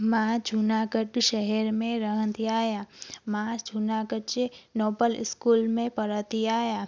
मां जूनागढ़ शहर में रहंदी आहियां मां जूनागढ़ जे नोबल स्कूल में पढ़ंदी आहियां